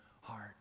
heart